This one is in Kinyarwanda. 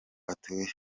atuye